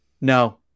No